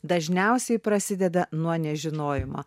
dažniausiai prasideda nuo nežinojimo